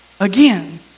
Again